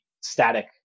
static